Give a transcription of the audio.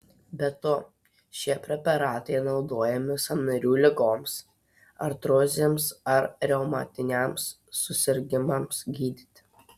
be to šie preparatai naudojami sąnarių ligoms artrozėms ar reumatiniams susirgimams gydyti